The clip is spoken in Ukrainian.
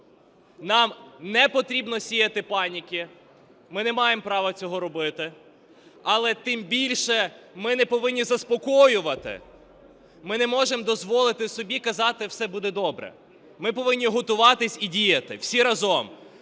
Нам не потрібно сіяти паніку, ми не маємо права цього робити, але тим більше ми не повинні заспокоювати, ми не можемо дозволити собі казати "все буде добре". Ми повинні готуватись і діяти всі разом,